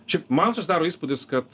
šiaip man susidaro įspūdis kad